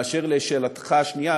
באשר לשאלת השנייה,